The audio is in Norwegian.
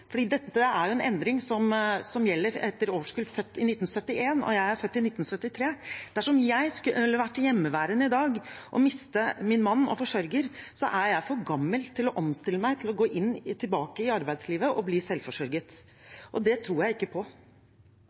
dette er en endring som gjelder etter årskullet som er født i 1971, og jeg er født i 1973 – hadde vært hjemmeværende i dag og mistet min mann og forsørger, er jeg for gammel til å omstille meg, til å gå tilbake i arbeidslivet og bli selvforsørget. Og det tror jeg ikke på.